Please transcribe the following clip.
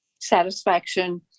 satisfaction